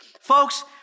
Folks